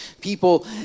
People